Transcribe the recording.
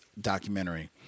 documentary